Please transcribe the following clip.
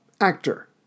actor